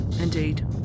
Indeed